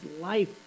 life